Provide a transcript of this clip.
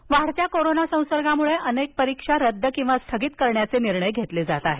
परीक्षा वाढत्या कोरोना संसर्गामुळेच अनेक परीक्षा रद्द किंवा स्थगित करण्याचे निर्णय घेतले जात आहेत